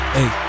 Hey